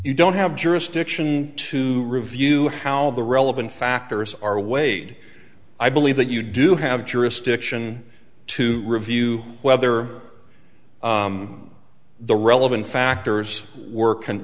you don't have jurisdiction to review how the relevant factors are weighed i believe that you do have jurisdiction to review whether the relevant factors work and